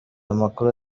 amakuru